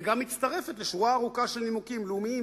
וגם מצטרפת לשורה ארוכה של נימוקים לאומיים,